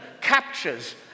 captures